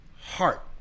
heart